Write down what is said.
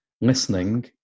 listening